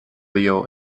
leo